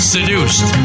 Seduced